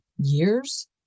years